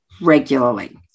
regularly